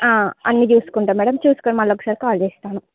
అన్ని చూసుకుంటా మ్యాడం చూసుకొని మళ్ళీ ఒకసారి కాల్ చేస్తాను